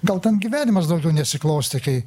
gal ten gyvenimas daugiau nesiklostė kai